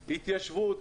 התיישבות,